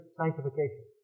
sanctification